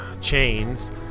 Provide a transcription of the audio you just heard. chains